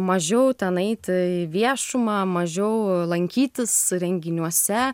mažiau tenai eiti į viešumą mažiau lankytis renginiuose